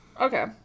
okay